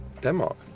Denmark